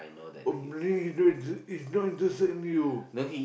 only is not in the same you